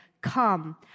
come